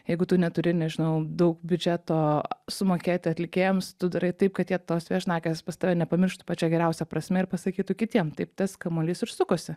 jeigu tu neturi nežinau daug biudžeto sumokėti atlikėjams tu darai taip kad jie tos viešnagės pas tave nepamirštų pačia geriausia prasme ir pasakytų kitiem taip tas kamuolys ir sukosi